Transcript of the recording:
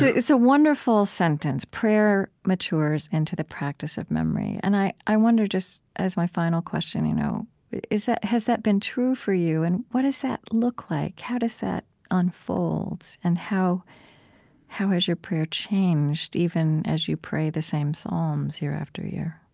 it's a wonderful sentence. prayer matures into the practice of memory. and i i wonder. just as my final question, you know is that has that been true for you? and what does that look like? how does that ah unfold? and how how has your prayer changed even as you pray the same psalms year after year?